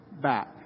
back